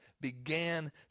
began